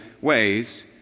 ways